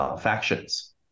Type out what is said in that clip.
factions